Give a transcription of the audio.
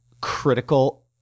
critical